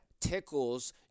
tickles